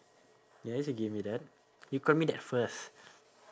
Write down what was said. ya yes you give me that you called me that first